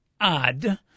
odd